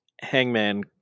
hangman